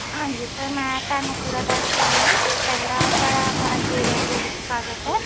ਹਾਂਜੀ ਸਰ ਮੈਂ ਤੁਹਾਨੂੰ ਪੂਰਾ ਦੱਸ ਦਿੰਦੀ ਹਾਂ ਪਹਿਲਾਂ ਤੁਹਾਡਾ ਭਾਰਤੀਏ ਰੇਲਵੇ ਵਿੱਚ ਸਵਾਗਤ ਹੈ